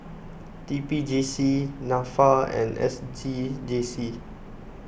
T P J C Nafa and S G G C